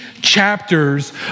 chapters